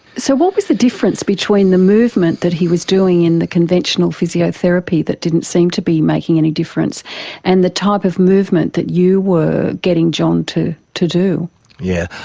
so what was the difference between the movement that he was doing in the conventional physiotherapy that didn't seem to be making any difference and the type of movement that you were getting john to do to do? yeah